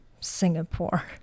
Singapore